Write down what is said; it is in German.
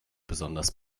besonders